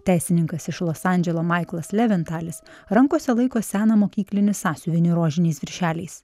teisininkas iš los andželo maiklas leventalis rankose laiko seną mokyklinį sąsiuvinį rožiniais viršeliais